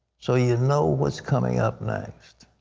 so you know what's coming up next.